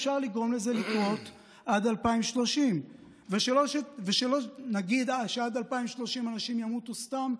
אפשר לגרום לזה לקרות עד 2030. ושלא נגיד שעד 2030 אנשים ימותו סתם.